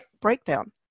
breakdown